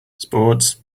sports